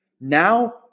now